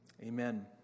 Amen